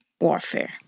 warfare